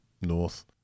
north